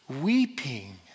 weeping